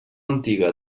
antiga